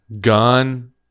gun